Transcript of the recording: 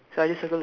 okay